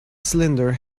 cylinder